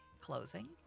closing